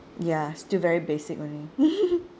ya still very basic only